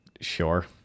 Sure